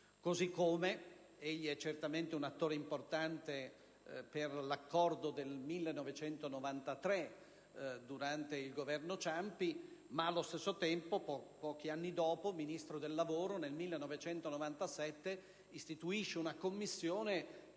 Così come egli è certamente un attore importante per l'accordo del 1993, durante il Governo Ciampi, ma, allo stesso tempo, pochi anni dopo, nel 1997, da Ministro del lavoro, istituisce una Commissione